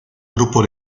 grupo